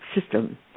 system